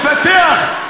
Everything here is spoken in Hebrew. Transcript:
לפתח,